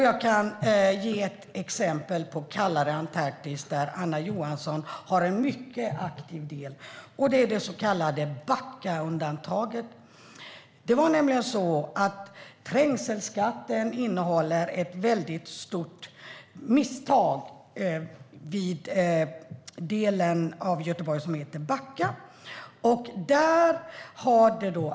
Jag kan ge ett annat exempel på något som är kallare än Antarktis och som Anna Johansson har haft en mycket aktiv del i, nämligen det så kallade Backaundantaget. Trängselskatten innehåller ett stort misstag när det gäller den del av Göteborg som heter Backa.